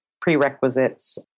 prerequisites